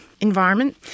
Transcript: environment